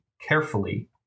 carefully